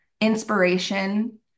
inspiration